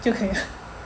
就可以了